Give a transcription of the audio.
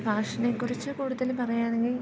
ഫാഷനെക്കുറിച്ച് കൂടുതൽ പറയുകയാണെങ്കിൽ